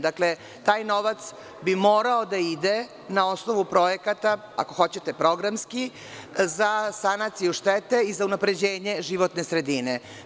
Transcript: Dakle, taj novac bi morao da ide na osnovu projekata, ako hoćete programski, za sanaciju štete i za unapređenje životne sredine.